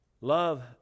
love